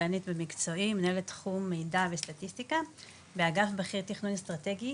כלכלנית במקצועי ומנהל תחום מידע וסטטיסטיקה באגף בכיר תכנון אסטרטגי